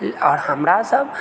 आओर हमरासभ